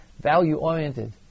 value-oriented